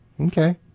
Okay